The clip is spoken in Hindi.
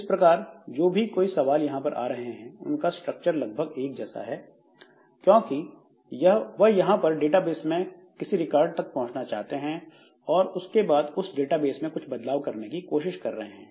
इस प्रकार जो कोई भी सवाल यहां पर आ रहे हैं उनका स्ट्रक्चर लगभग एक जैसा है क्योंकि वह यहां पर डेटाबेस में किसी रिकॉर्ड तक पहुंचना चाहते हैं और उसके बाद उस डेटाबेस में कुछ बदलाव करने की कोशिश कर रहे हैं